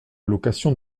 location